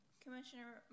Commissioner